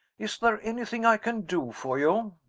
is there anything i can do for you?